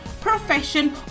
profession